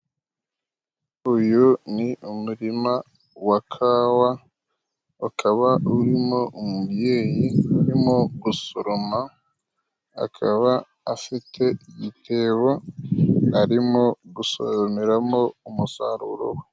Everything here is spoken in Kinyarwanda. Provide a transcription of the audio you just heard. Uyu ni umurima wa kawa ukaba urimo umubyeyi urimo gusoroma akaba afite igitebo arimo gusoromeramo umusaruro we.